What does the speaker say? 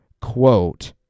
quote